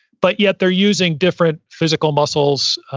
but yet they're using different physical muscles.